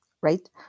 right